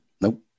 Nope